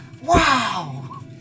Wow